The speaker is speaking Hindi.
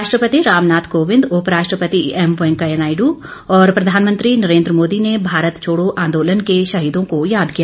राष्ट्रपति रामनाथ कोविंद उप राष्ट्रपति एम वैंकेया नायडू और प्रधानमंत्री ने भारत छोड़ो आंदोलन के शहीदों को याद किया